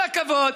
עם כל הכבוד,